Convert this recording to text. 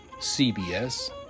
CBS